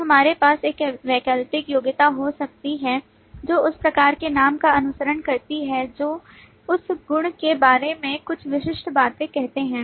तब हमारे पास एक वैकल्पिक योग्यता हो सकती है जो उस प्रकार के नाम का अनुसरण करती है जो उस गुणके बारे में कुछ विशिष्ट बातें कहते हैं